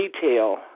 detail